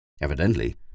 Evidently